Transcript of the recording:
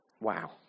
Wow